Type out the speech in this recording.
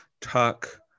talk